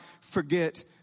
forget